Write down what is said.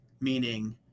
meaning